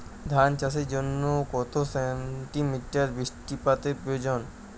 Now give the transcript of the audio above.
ধান চাষের জন্য কত সেন্টিমিটার বৃষ্টিপাতের প্রয়োজন?